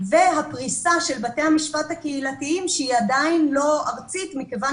והפריסה של בתי המשפט הקהילתיים שהיא עדיין לא ארצית מכיוון